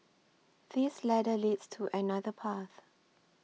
this ladder leads to another path